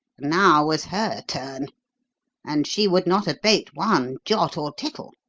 now was her turn and she would not abate one jot or tittle.